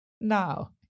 Now